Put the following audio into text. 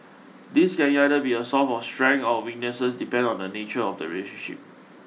this can either be a source of strength or a weakness depending on the nature of the relationship